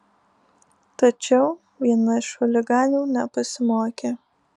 tačiau viena iš chuliganių nepasimokė